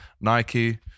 Nike